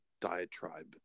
diatribe